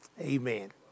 Amen